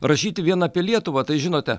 rašyti vien apie lietuvą tai žinote